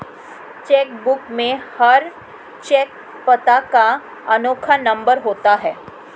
check book में हर cheque पता का अनोखा नंबर होता है